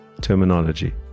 terminology